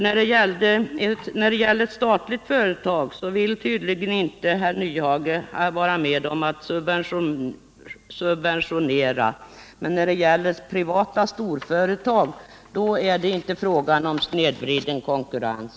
När det gäller statliga företag vill inte herr Nyhage vara med om att subventionera, men när det gäller privata storföretag är det enligt honom inte fråga om snedvriden konkurrens.